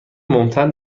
ممتد